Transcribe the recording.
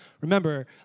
Remember